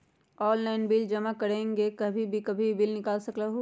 Online bill जमा कहीं भी कभी भी बिल निकाल सकलहु ह?